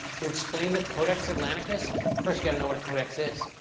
to explain the codex atlanticus, first you got to know what a codex is.